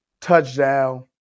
touchdown